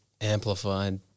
amplified